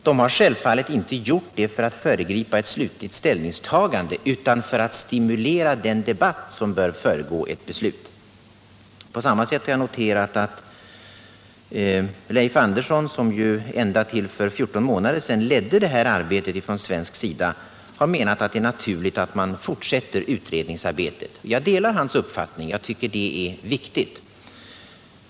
De har självfallet inte gjort det för att föregripa ett slutligt ställningstagande utan för att stimulera den debatt som bör föregå ett beslut. På samma sätt har jag noterat att Leif Andersson, som ju ända till för 14 månader sedan ledde detta arbete från svensk sida, har menat att det är naturligt att man fortsätter utredningsarbetet. Jag delar hans uppfattning — jag tycker det är viktigt.